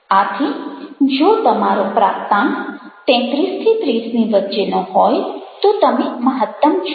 આથી જો તમારો પ્રાપ્તાંક 33 30 ની વચ્ચેનો હોય તો તમે મહત્તમ છો